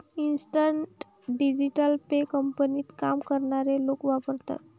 instant digital pay कंपनीत काम करणारे लोक वापरतात